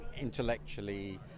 intellectually